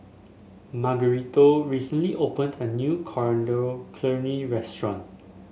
Margarito recently opened a new Coriander Chutney Restaurant